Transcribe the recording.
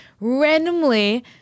randomly